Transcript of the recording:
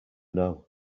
know